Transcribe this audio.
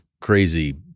crazy